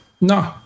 No